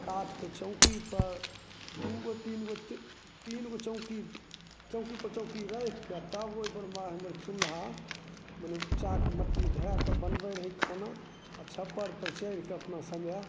काठके चौकीपर दूगो तीनगो तीनगो चौकी चौकीपर चौकी रखिके तब ओहिपर बाढ़िमे चुल्हा मने ऊँच्चाके मट्टी धाएके बनबै रहै खाना आ छप्पर पर चढ़िके अपना समय